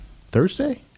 Thursday